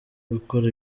gukora